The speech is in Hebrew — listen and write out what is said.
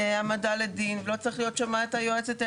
העמדה לדין ולא צריך להיות שם את היועצת,